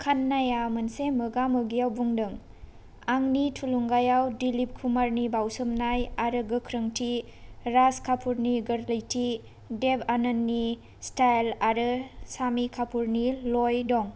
खान्नाया मोनसे मोगा मोगिआव बुंदों आंनि थुलुंगायाव दिलीप कुमारनि बाउसोमनाय आरो गोख्रोंथि राज कापुरनि गोरलैथि देव आनन्दनि स्टाइल आरो शामि कापुरनि लय दं